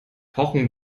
pochen